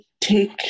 take